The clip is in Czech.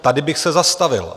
Tady bych se zastavil.